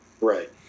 Right